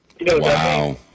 Wow